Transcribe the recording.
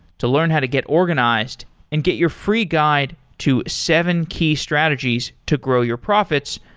to learn how to get organized and get your free guide to seven key strategies to grow your profits,